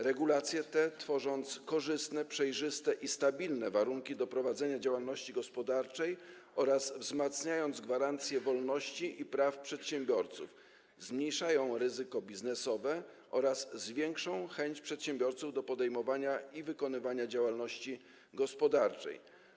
Regulacje te, tworząc korzystne, przejrzyste i stabilne warunki do prowadzenia działalności gospodarczej oraz wzmacniając gwarancje wolności i praw przedsiębiorców, zmniejszą ryzyko biznesowe oraz zwiększą chęć przedsiębiorców do podejmowania i wykonywania działalności gospodarczej.